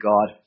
God